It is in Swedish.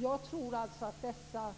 Jag tror att dessa